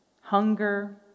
Hunger